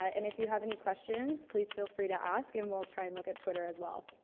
and if you have any questions, please feel free to ask, and we'll try and look at twitter as well.